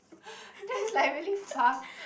that is like really far